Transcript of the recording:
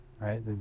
right